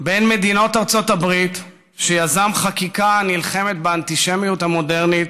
במדינות ארצות הברית שיזם חקיקה הנלחמת באנטישמיות המודרנית,